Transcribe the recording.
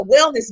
wellness